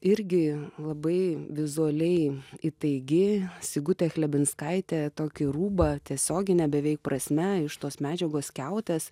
irgi labai vizualiai įtaigi sigutė chlebinskaitė tokį rūbą tiesiogine beveik prasme iš tos medžiagos skiautės